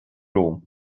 romham